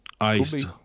...iced